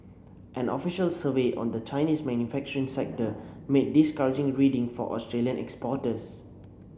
an official survey on the Chinese manufacturing sector made discouraging reading for Australian exporters